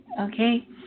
Okay